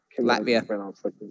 Latvia